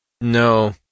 No